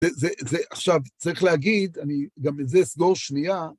זה עכשיו צריך להגיד, אני גם את זה אסגור שנייה.